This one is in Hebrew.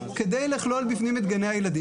כדי לכלול בפנים את גני הילדים,